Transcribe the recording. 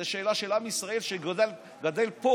זאת שאלה של עם ישראל, שגדל פה.